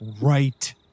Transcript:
right